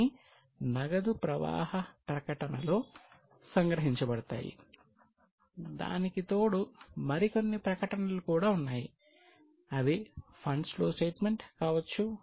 ఇవన్నీ నగదు ప్రవాహ ప్రకటనలో సంగ్రహించబడతాయి దానికి తోడు మరికొన్ని ప్రకటనలు కూడా ఉన్నాయి అవి ఫండ్ ఫ్లో స్టేట్మెంట్ కావచ్చు